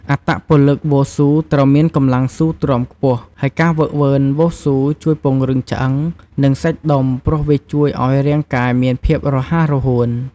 អត្តពលិកវ៉ូស៊ូត្រូវមានកម្លាំងស៊ូទ្រាំខ្ពស់ ហើយការហ្វឹកហ្វឺនវ៉ូស៊ូជួយពង្រឹងឆ្អឹង និងសាច់ដុំព្រោះវាជួយឲ្យរាងកាយមានភាពរហ័សរហួន។